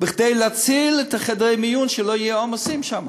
כדי להציל את חדרי המיון שלא יהיו שם עומסים.